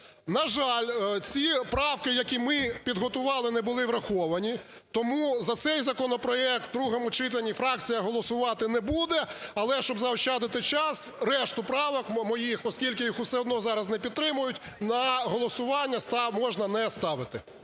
На жаль, ці правки, які ми підготували, не були враховані, тому за цей законопроект у другому читанні фракція голосувати не буде. Але, щоб заощадити час, решту правок моїх, оскільки їх все одно не підтримують, на голосування можна не ставити.